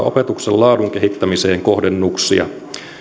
opetuksen laadun kehittämiseen kohdennuksia